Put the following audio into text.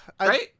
right